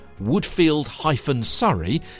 woodfield-surrey